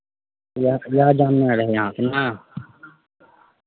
इएह इएह जाननाइ रहै अहाँके नहि